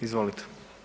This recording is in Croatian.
Izvolite.